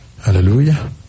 hallelujah